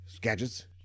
Gadgets